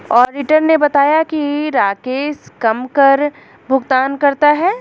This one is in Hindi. ऑडिटर ने बताया कि राकेश कम कर भुगतान करता है